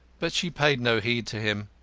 but she paid no heed to him.